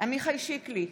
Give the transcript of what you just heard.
בהצבעה עמיחי שיקלי,